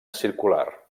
circular